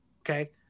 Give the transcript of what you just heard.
okay